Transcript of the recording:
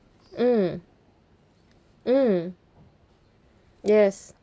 mm mm yes